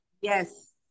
Yes